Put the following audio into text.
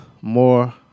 more